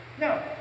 no